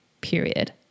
period